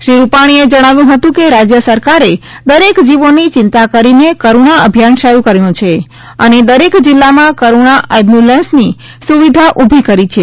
શ્રી રૂપાણીએ જણાવ્યું હતું કે રાજ્ય સરકારે દરેક જીવોની ચિંતા કરીને કરૂણા અભિયાન શરૂ કર્યું છે અને દરેક જિલ્લામાં કરૂણા એમ્બ્યૂલન્સની સુવિધા ઊભી કરી છે